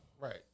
right